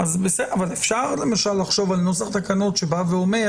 אפשר למשל לחשוב על נוסח תקנות שבא ואומר